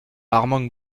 armand